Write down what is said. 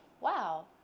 wow